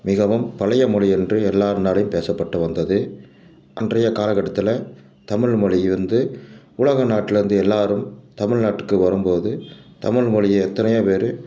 மிகவும் பழைய மொழி என்று எல்லாருனாலையும் பேசப்பட்டு வந்தது அன்றைய காலகட்டத்தில் தமிழ்மொழி வந்து உலக நாட்டுலிருந்த எல்லோரும் தமிழ்நாட்டுக்கு வரும்போது தமிழ்மொழிய எத்தனையோ பேர்